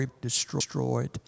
destroyed